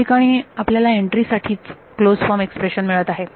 या ठिकाणी आपल्याला एंट्री साठी च क्लोज फॉर्म एक्सप्रेशन मिळत आहे